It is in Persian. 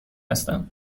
هستم